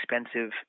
expensive